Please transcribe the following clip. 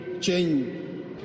change